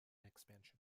expansion